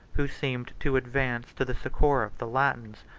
who seemed to advance to the succor of the latins,